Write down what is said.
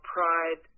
Pride